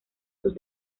sus